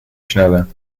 شنوم